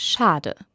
Schade